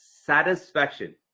satisfaction